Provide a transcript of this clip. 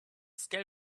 scale